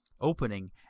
opening